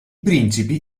principi